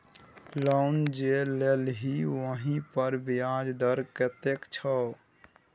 loan जे लेलही ओहिपर ब्याज दर कतेक छौ